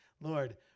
Lord